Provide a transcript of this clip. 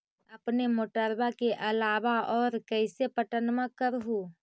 अपने मोटरबा के अलाबा और कैसे पट्टनमा कर हू?